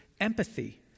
empathy